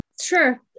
sure